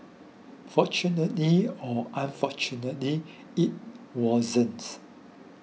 fortunately or unfortunately it wasn't